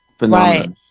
Right